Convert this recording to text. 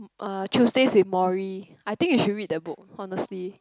uh Tuesdays-with-Morrie I think you should read that book honestly